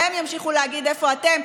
והם ימשיכו להגיד: איפה אתם,